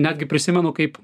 netgi prisimenu kaip